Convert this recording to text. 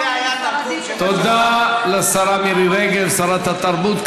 זה היה התרגום, תודה לשרה מירי רגב, שרת התרבות.